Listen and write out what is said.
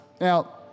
Now